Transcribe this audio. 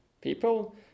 people